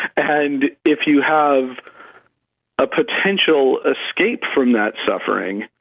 and if you have a potential escape from that suffering,